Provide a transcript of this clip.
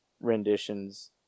renditions